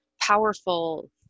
powerful